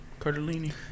Cardellini